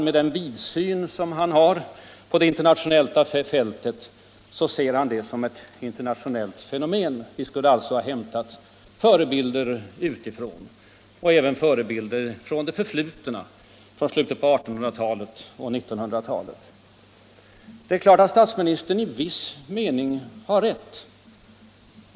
Med den vidsyn han har ser han detta som ett internationellt fenomen. Vi skulle ha hämtat förebilder utifrån och från det förflutna, från slutet på 1800-talet och början på 1900-talet. Det är klart att statsministern i ett hänseende har rätt.